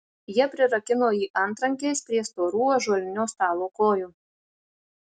jie prirakino jį antrankiais prie storų ąžuolinio stalo kojų